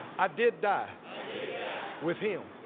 i did die with him.